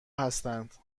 هستند